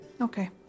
Okay